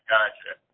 Gotcha